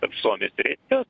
tarp suomijos ir estijos